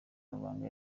amabanga